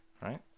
right